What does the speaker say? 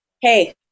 hey